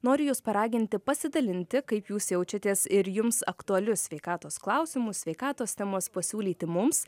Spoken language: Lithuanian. noriu jus paraginti pasidalinti kaip jūs jaučiatės ir jums aktualius sveikatos klausimus sveikatos temos pasiūlyti mums